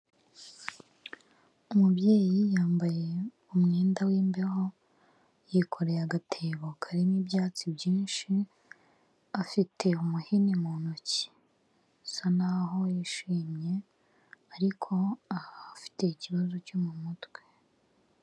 Umubyeyi yambaye umwenda w'imbeho, yikoreye agatebo karimo ibyatsi byinshi, afite umuhini mu ntoki asa n'aho yishimye ariko afite ikibazo cyo mu mutwe.